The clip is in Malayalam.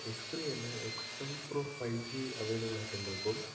എക്സ് ത്രീ അല്ല X five pro five G available ആയിട്ടുണ്ടോ ഇപ്പം